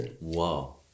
Wow